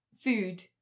food